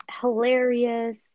hilarious